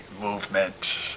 movement